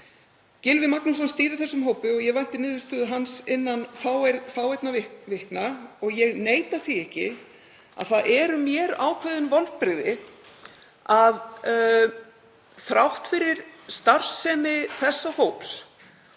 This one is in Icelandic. Gylfi Magnússon stýrði þessum hópi og ég vænti niðurstöðu hans innan fáeinna vikna. Ég neita því ekki að það eru mér ákveðin vonbrigði að þrátt fyrir starfsemi þessa hóps,